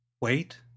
Wait